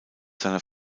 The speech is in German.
seiner